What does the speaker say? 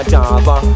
Java